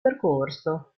percorso